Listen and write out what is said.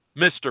Mr